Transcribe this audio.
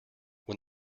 when